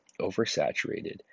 oversaturated